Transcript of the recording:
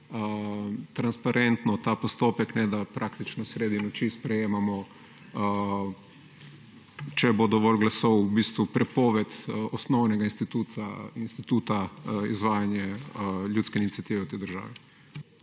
transparentno ta postopek, ne da praktično sredi noči sprejemamo, če bo dovolj glasov, v bistvu prepoved osnovnega instituta, izvajanje ljudske iniciative v tej državi.